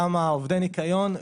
גם עובדי הניקיון,